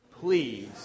please